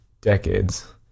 decades